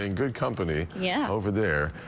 in good company yeah over there.